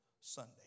Sunday